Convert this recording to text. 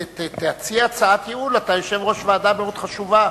תציע הצעת ייעול, אתה יושב-ראש ועדה מאוד חשובה.